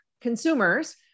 consumers